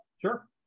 Sure